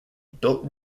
built